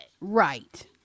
Right